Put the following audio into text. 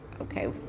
okay